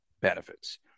benefits